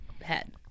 head